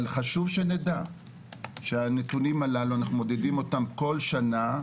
אבל חשוב שנדע שהנתונים הללו אנחנו מודדים אותם כל שנה,